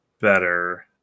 better